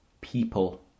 People